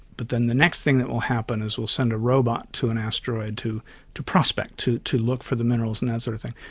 but then the next thing that will happen is we'll send a robot to an asteroid to to prospect, to to look for the minerals and that sort of thing,